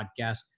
podcast